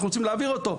אנחנו רוצים להעביר אותו.